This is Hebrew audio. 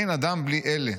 אין אדם בלי אלה,